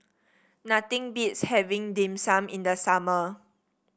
nothing beats having Dim Sum in the summer